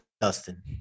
Dustin